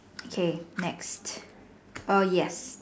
okay next oh yes